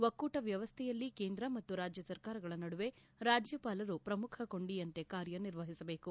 ಒಕ್ಕೂಟ ವ್ಯವಸ್ಥೆಯಲ್ಲಿ ಕೇಂದ್ರ ಮತ್ತು ರಾಜ್ಯ ಸರ್ಕಾರಗಳ ನಡುವೆ ರಾಜ್ಯಪಾಲರು ಪ್ರಮುಖ ಕೊಂಡಿಯಂತೆ ಕಾರ್ಯ ನಿರ್ವಹಿಸಬೇಕು